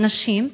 נשים,